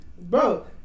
Bro